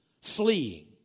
fleeing